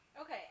Okay